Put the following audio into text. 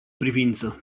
privință